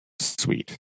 Sweet